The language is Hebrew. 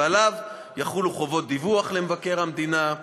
ועליו יחולו חובות דיווח למבקר המדינה,